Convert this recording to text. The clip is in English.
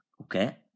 Okay